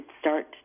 start